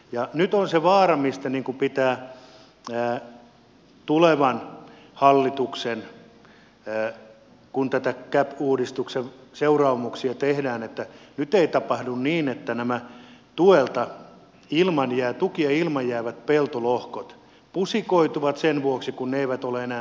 ja nyt on se vaara missä pitää tulevan hallituksen varmistaa kun tämän cap uudistuksen seuraamuksia tehdään että nyt ei tapahdu niin että nämä tukia ilman jäävät peltolohkot pusikoituvat sen vuoksi kun ne eivät ole enää tukijärjestelmien piirissä